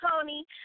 Tony